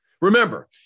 Remember